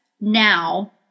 now